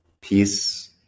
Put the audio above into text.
peace